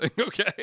okay